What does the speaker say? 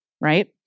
right